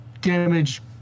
damage